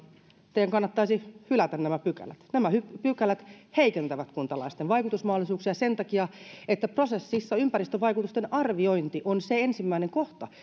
teidän kannattaisi hylätä nämä pykälät nämä pykälät heikentävät kuntalaisten vaikutusmahdollisuuksia sen takia että prosessissa ympäristövaikutusten arviointi on se ensimmäinen kohta